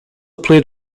played